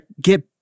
get